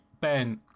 Ben